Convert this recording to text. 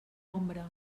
ombra